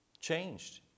changed